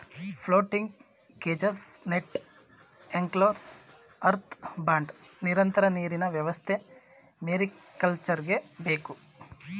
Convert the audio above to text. floating cages, net enclosures, earth bund, ನಿರಂತರ ನೀರಿನ ವ್ಯವಸ್ಥೆ ಮೇರಿಕಲ್ಚರ್ಗೆ ಬೇಕು